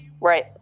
Right